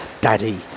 Daddy